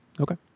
Okay